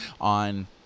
on